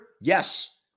yes